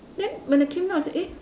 then when I came down I said eh